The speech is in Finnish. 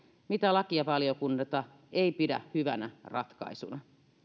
mitä lakivaliokunta ei pidä hyvänä ratkaisuna